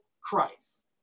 Christ